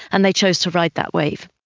and they chose to ride that wave.